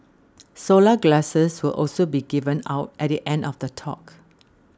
solar glasses will also be given out at the end of the talk